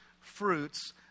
fruits